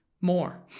more